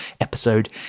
episode